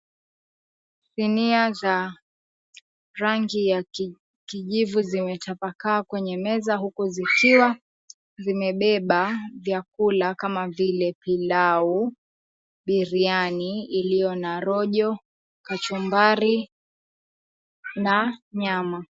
Sinia za rangi ya kijivu zimetapakaa kwenye meza huku zikiwa zimebeba, vyakula kama vile pilau, biriyani iliyoo na rojo, kachumbari na nyama.